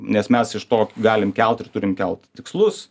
nes mes iš to galim kelt ir turim kelt tikslus